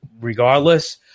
regardless